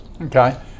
Okay